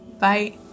Bye